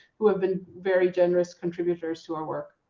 who have been very generous contributors to our work.